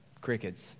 Crickets